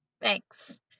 Thanks